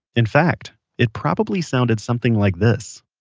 in fact, it probably sounded something like this